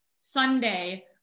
Sunday